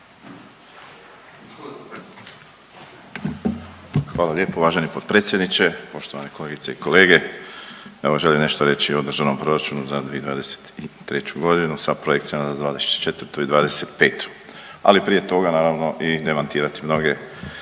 Hvala lijepo. Uvaženi potpredsjedniče, poštovane kolegice i kolege. Evo želim nešto reći o Državnom proračunu za 2023.g. sa projekcijama na '24. i '25., ali prije toga naravno i demantirati mnoge